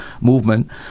movement